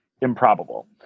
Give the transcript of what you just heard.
improbable